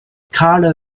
color